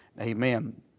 Amen